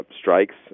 strikes